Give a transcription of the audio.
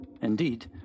Indeed